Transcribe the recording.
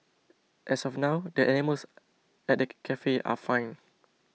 as of now the animals at the cafe are fine